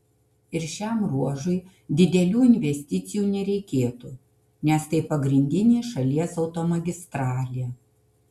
ir šiam ruožui didelių investicijų nereikėtų nes tai pagrindinė šalies automagistralė